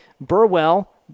Burwell